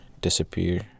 disappear